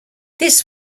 this